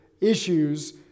issues